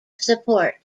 support